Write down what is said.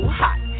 hot